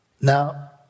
Now